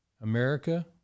America